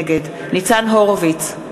נגד ניצן הורוביץ,